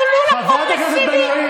חברת הכנסת בן ארי,